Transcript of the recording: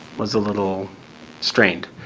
was a little strained,